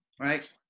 Right